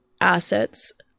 assets